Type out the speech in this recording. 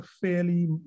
fairly